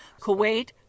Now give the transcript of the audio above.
Kuwait